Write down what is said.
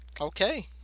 Okay